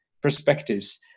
perspectives